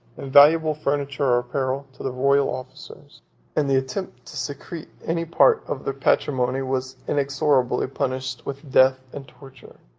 and valuable furniture or apparel, to the royal officers and the attempt to secrete any part of their patrimony was inexorably punished with death and torture,